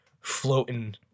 floating